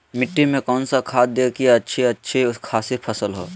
मिट्टी में कौन सा खाद दे की अच्छी अच्छी खासी फसल हो?